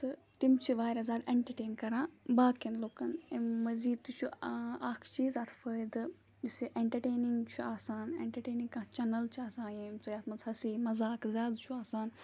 تہٕ تِم چھِ وارِیاہ زیادٕ اٮ۪نٹَرٹین کَران باقٕیَن لُکَن اَمہِ مٔزیٖد تہِ چھُ اَکھ چیٖز اَتھ فٲیدٕ یُس یہِ اٮ۪نٹَرٹینِنٛگ چھُ آسان اٮ۪نٹَرٹینِنٛگ کانٛہہ چَنَل چھِ آسان ییٚمہِ سۭتۍ یَتھ منٛز ہَسی مَزاق زیادٕ چھُ آسان